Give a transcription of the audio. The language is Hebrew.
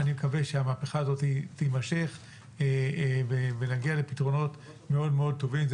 אני מקווה שהמהפכה הזאת תימשך ונגיע לפתרונות מאוד מאוד טובים.